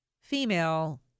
female